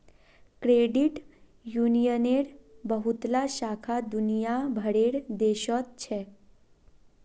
credit यूनियनेर बहुतला शाखा दुनिया भरेर देशत छेक